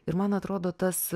ir man atrodo tas